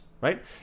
right